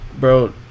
bro